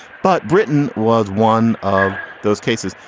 but britain was one of those cases,